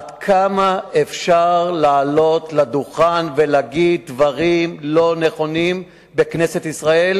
עד כמה אפשר לעלות לדוכן ולהגיד דברים לא נכונים בכנסת ישראל?